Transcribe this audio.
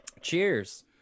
Cheers